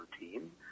routine